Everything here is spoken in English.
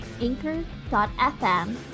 anchor.fm